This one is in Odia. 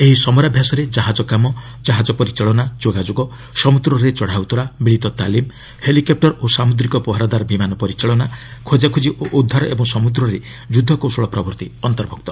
ଏହି ସମରାଭ୍ୟାସରେ କାହାଜ କାମ ଜାହାଜ ପରିଚାଳନା ଯୋଗାଯୋଗ ସମୁଦ୍ରରେ ଚଢ଼ାଉତରା ମିଳିତ ତାଲିମ୍ ହେଲିକପୂର ଓ ସାମୁଦ୍ରିକ ପହରାଦାର ବିମାନ ପରିଚାଳନା ଖୋକାଖୋଜି ଓ ଉଦ୍ଧାର ଏବଂ ସମ୍ବଦ୍ରରେ ଯୁଦ୍ଧ କୌଶଳ ପ୍ରଭୂତି ଅନ୍ତର୍ଭୁକ୍ତ